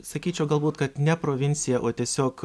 sakyčiau galbūt kad ne provincija o tiesiog